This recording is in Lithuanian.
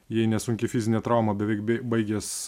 jei ne sunki fizinė trauma beveik baigęs